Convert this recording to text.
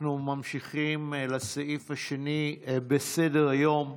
אנחנו ממשיכים לסעיף השני בסדר-היום: